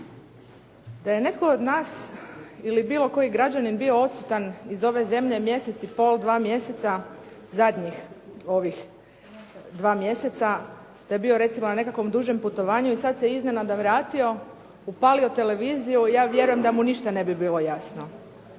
Da je netko od nas ili bilo koji građanin bio odsutan iz ove zemlje mjesec i pol, dva mjeseca zadnjih ovih 2 mjeseca, da je bio recimo na nekakvom dužom putovanju i sad se iznenada vratio, upalio televiziju, ja vjerujem da mu ništa ne bi bilo jasno.